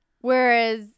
whereas